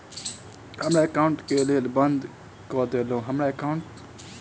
हमरा एकाउंट केँ केल बंद कऽ देलु?